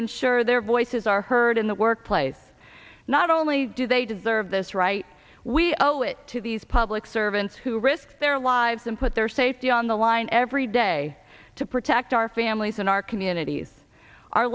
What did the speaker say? ensure their voices are heard in the workplace not only do they deserve this right we owe it to these public servants who risk their lives and put their safety on the line every day to protect our families and our communities